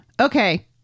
Okay